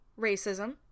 racism